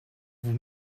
vous